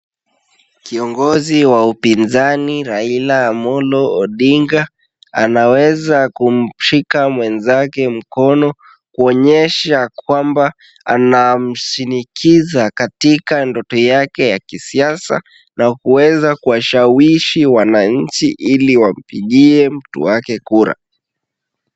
Kiongozi wa upinzani Raila Amolo Odinga, anaweza kumshika mwenzake mkono, kuonyesha kwamba anamshinikiza katika ndoto yake ya kisiasa na kuweza kuwashawishi wananchi ili wampigie mtu wake kura.